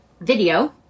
Video